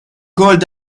called